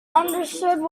understood